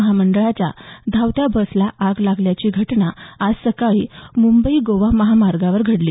महामंडळाच्या धावत्या बसला आग लागल्याची घटना आज सकाळी मुंबई गोवा महामार्गावर घडली